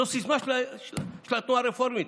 זו סיסמה של התנועה הרפורמית.